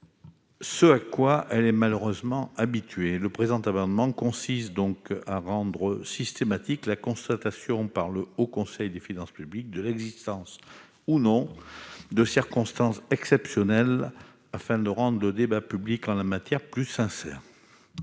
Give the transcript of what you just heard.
ce à quoi elle s'est malheureusement habituée. Le présent amendement vise à rendre systématique la constatation par le Haut Conseil des finances publiques de l'existence ou non de circonstances exceptionnelles, afin de rendre plus sincère le débat public en la matière.